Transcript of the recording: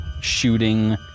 shooting